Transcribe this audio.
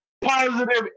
positive